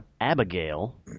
Abigail